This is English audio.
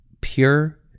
pure